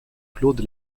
claude